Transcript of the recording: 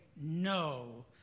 no